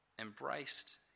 embraced